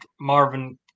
Marvin